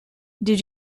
did